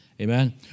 amen